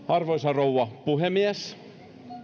arvoisa rouva puhemies